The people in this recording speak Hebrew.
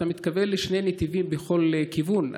אתה מתכוון לשני נתיבים בכל כיוון,